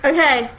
Okay